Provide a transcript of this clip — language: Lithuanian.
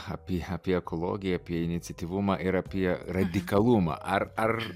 apie apie ekologiją apie iniciatyvumą ir apie radikalumą ar ar